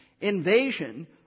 invasion